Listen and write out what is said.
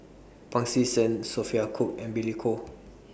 Pancy Seng Sophia Cooke and Billy Koh